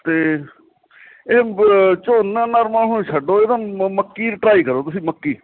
ਅਤੇ ਇਹ ਝੋਨਾ ਨਰਮਾ ਹੁਣ ਛੱਡੋ ਇਹ ਤਾਂ ਮੱਕੀ ਟਰਾਈ ਕਰੋ ਤੁਸੀਂ ਮੱਕੀ